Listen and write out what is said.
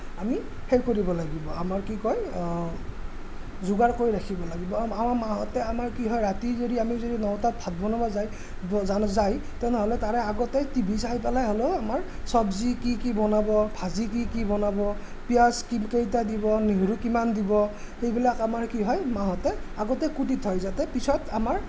আমি সেই কৰিব লাগিব আমাৰ কি কয় যোগাৰ কৰি ৰাখিব লাগিব আৰু আমাৰ মাঁহতে আমাৰ কি হয় ৰাতি যদি আমি যদি নটাত ভাত বনাব যায় যায় তেনেহ'লে তাৰে আগতেই টিভি চাই পেলাই হ'লেও আমাৰ চব্জি কি কি বনাব ভাজি কি কি বনাব পিয়াঁজ কেইটা দিব নহৰু কিমান দিব সেইবিলাক আমাৰ কি হয় মাহঁতে আগতে কুটি থয় যাতে পিছত আমাৰ